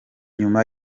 nyuma